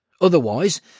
Otherwise